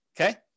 Okay